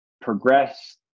progress